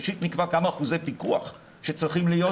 ראשית נקבע כמה אחוזי פיקוח צריכים להיות לו.